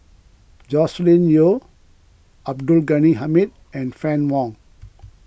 Joscelin Yeo Abdul Ghani Hamid and Fann Wong